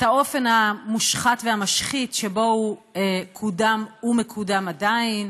את האופן המושחת והמשחית שבו הוא קוּדם ועדיין